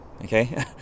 okay